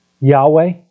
Yahweh